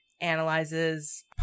analyzes